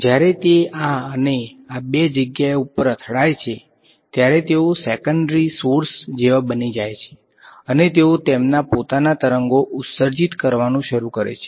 જ્યારે તે આ અને આ બે જ્ગ્યાએ પર અથડાય છે ત્યારે તેઓ સેકેન્ડરી સોર્સ જેવા બની જાય છે અને તેઓ તેમના પોતાના તરંગો ઉત્સર્જિત કરવાનું શરૂ કરે છે